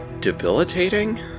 debilitating